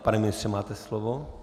Pane ministře, máte slovo.